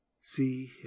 see